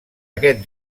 aquest